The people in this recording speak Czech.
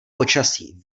počasí